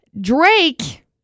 Drake